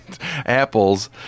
Apple's